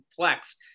complex